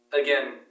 again